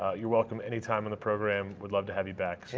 ah you're welcome anytime on the program. we'd love to have you back.